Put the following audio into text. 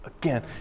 Again